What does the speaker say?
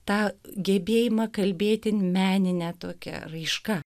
tą gebėjimą kalbėti menine tokia raiška